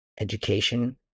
education